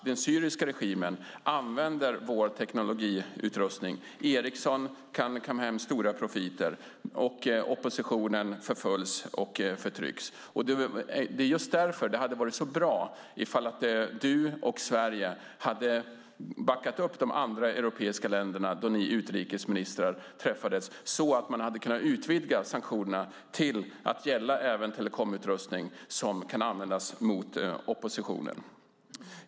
Den syriska regimen använder vår teknikutrustning. Ericsson kan kamma hem stora profiter, och oppositionen förföljs och förtrycks. Det är just därför det hade varit så bra om du och Sverige hade backat upp de andra europeiska länderna när ni utrikesministrar träffades så att man hade kunnat utvidga sanktionerna till att även gälla telekomutrustning som kan användas mot oppositionen.